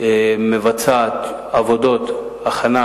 מבצעת עבודות הכנה,